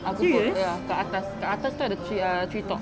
ya kat atas kat atas tu ada tree uh tree top